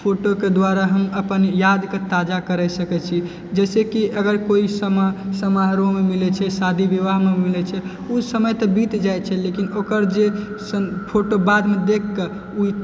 photo के द्वारा हम अपन याद के ताजा करि सकै छी जाहिसे कि अगर कोइ समा समारोह मे मिले छै शादी विवाह मे मिलय छे ओ समय तऽ बीत जाय छै लेकिन ओकर जे सङ्ग फोटो बाद मे देख के